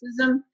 racism